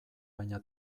baina